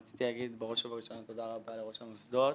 רציתי להגיד בראש ובראשונה תודה רבה לראש המוסדות,